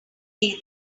day